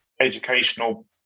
educational